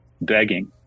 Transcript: begging